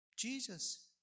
Jesus